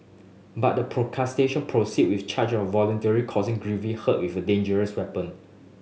but the prosecution proceeded with charge of voluntarily causing grievous hurt with a dangerous weapon